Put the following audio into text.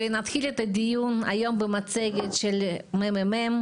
נתחיל את הדיון היום במצגת של מרכז המידע והמרחק של הכנסת,